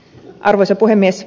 arvoisa puhemies